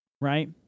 Right